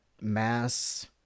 mass